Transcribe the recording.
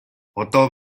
одоо